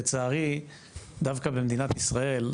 לצערי דווקא במדינת ישראל,